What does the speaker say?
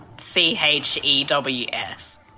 C-H-E-W-S